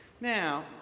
Now